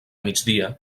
migdia